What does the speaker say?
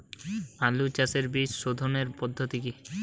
আলু চাষের বীজ সোধনের পদ্ধতি কি?